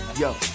yo